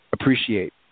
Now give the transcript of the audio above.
appreciate